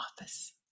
office